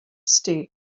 ste